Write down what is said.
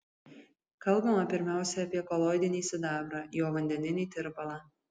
kalbama pirmiausia apie koloidinį sidabrą jo vandeninį tirpalą